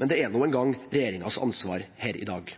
men det er nå engang regjeringens ansvar her i dag.